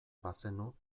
bazenu